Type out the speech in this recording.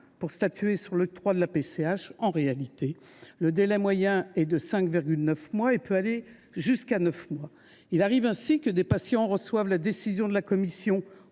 pour statuer sur l’octroi de la PCH, en réalité, le délai moyen est de presque six mois, pouvant même aller jusqu’à neuf mois ! Il arrive ainsi que des patients reçoivent la décision de la commission